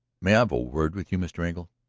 may i have a word with you, mr. engle?